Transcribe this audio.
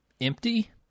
empty